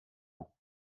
ans